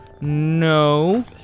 No